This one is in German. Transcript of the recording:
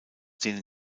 denen